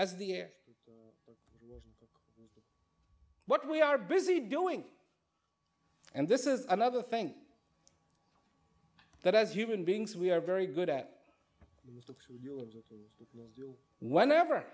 as the air what we are busy doing and this is another thing that as human beings we are very good at whenever